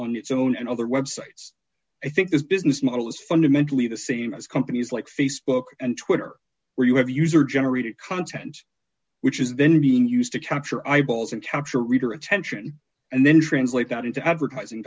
on its own and other websites i think its business model is fundamentally the same as companies like facebook and twitter where you have user generated content which is then being used to capture eyeballs and capture reader attention and then translate that into advertising